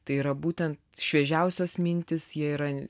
tai yra būtent šviežiausios mintys jie yra